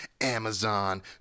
Amazon